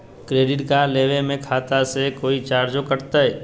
Credit card लेवे में खाता से कोई चार्जो कटतई?